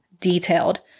detailed